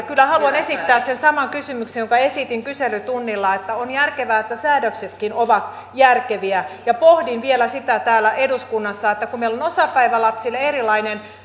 kyllä haluan esittää sen saman kysymyksen jonka esitin kyselytunnilla että on järkevää että säädöksetkin ovat järkeviä ja pohdin vielä sitä täällä eduskunnassa että kun meillä on osapäivälapsille erilainen